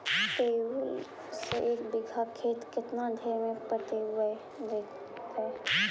Tubewell से एक बिघा खेत केतना देर में पटैबए जितै?